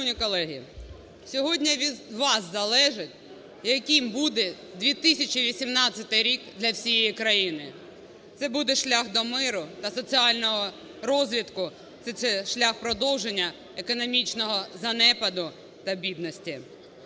колеги, сьогодні від вас залежить яким буде 2018 рік для всієї країни. Це буде шлях до миру та соціального розвитку, чи це шлях продовження економічного занепаду та бідності.